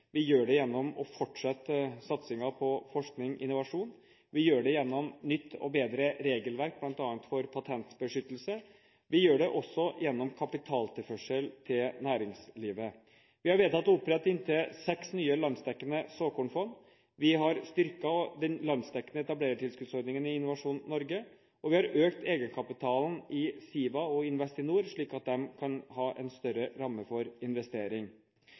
Vi gjør det gjennom å fortsette satsingen på forskning og innovasjon. Vi gjør det gjennom et nytt og bedre regelverk, bl.a. for patentbeskyttelse. Vi gjør det også gjennom kapitaltilførsel til næringslivet. Vi har vedtatt å opprette inntil seks nye landsdekkende såkornfond. Vi har styrket den landsdekkende etablerertilskuddsordningen i Innovasjon Norge, og vi har økt egenkapitalen i SIVA og Investinor slik at de kan ha en større ramme for investering.